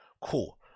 Cool